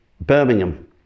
Birmingham